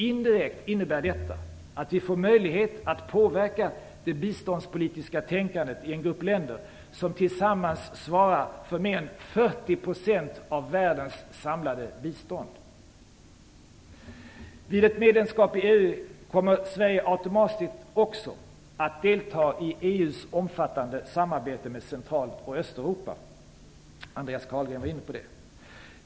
Indirekt innebär detta att vi får möjlighet att påverka det biståndspolitiska tänkandet i en grupp länder som tillsammans svarar för mer än 40 % av världens samlade bistånd. Vid ett medlemskap i EU kommer Sverige automatiskt också att delta i EU:s omfattande samarbete med Central och Östeuropa. Andreas Carlgren var inne på det.